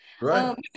Right